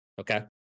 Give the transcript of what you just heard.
Okay